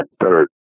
third